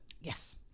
Yes